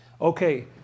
Okay